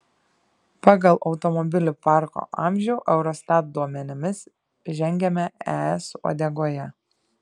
pagal automobilių parko amžių eurostat duomenimis žengiame es uodegoje